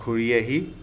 ফুৰি আহি